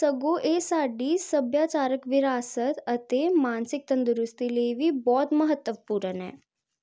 ਸਗੋਂ ਇਹ ਸਾਡੀ ਸੱਭਿਆਚਾਰਕ ਵਿਰਾਸਤ ਅਤੇ ਮਾਨਸਿਕ ਤੰਦਰੁਸਤੀ ਲਈ ਵੀ ਬਹੁਤ ਮਹੱਤਵਪੂਰਨ ਹੈ